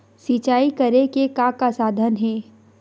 सिंचाई करे के का साधन हे?